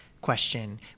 question